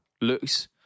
looks